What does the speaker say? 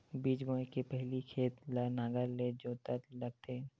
बीज बोय के पहिली खेत ल नांगर से जोतेल लगथे?